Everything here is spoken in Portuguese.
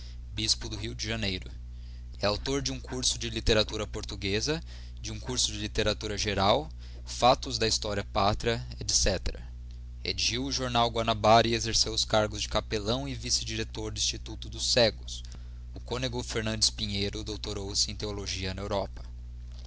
bispo do rio de janeiro e autor de um curso de literatura portuguexa de um curso de literatura geral factos da historia pátria ctc redigiu o jornal guanabara e exerceu os cargos de capellâo e vicc director do instituto dos cegos o cónego fernandes pinheiro doutorou se em theologia na europa